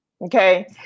okay